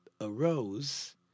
arose